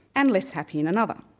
and less happy in another.